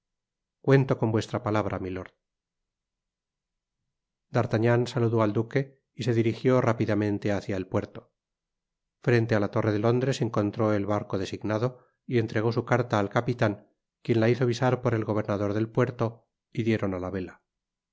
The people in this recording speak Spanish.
cuento con vuestra palabra milord d'artagnan saludó al duque y se dirigió rápidamente hacia el puerto frente á la torre de londres encontró el barco designado y entregó su carta al capitan quien la hizo visar por el gobernador del puerto y dieron á la vela